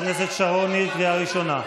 שעבר.